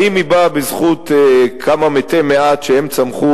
האם היא באה בזכות כמה מתי מעט שצמחו